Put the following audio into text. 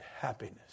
happiness